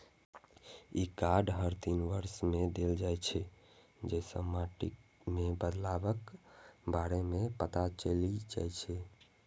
ई card हर तीन वर्ष मे देल जाइ छै, जइसे माटि मे बदलावक बारे मे पता चलि जाइ छै